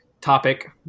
topic